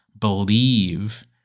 believe